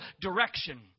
direction